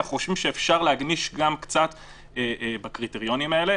אנחנו חושבים שאפשר להגמיש גם קצת בקריטריונים האלה.